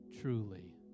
truly